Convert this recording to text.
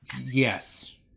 Yes